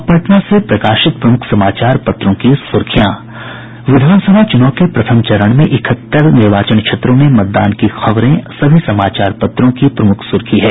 अब पटना से प्रकाशित प्रमुख समाचार पत्रों की सुर्खियां विधानसभा चुनाव के प्रथम चरण के तहत इकहत्तर निर्वाचन क्षेत्रों में मतदान की खबरें सभी समाचार पत्रों की प्रमुख सुर्खी है